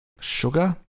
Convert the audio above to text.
sugar